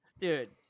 dude